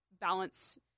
balance